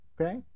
okay